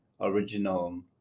original